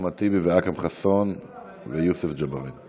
אחמד טיבי, אכרם חסון ויוסף ג'בארין.